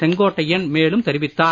செங்கோட்டையன் மேலும் தெரிவித்தார்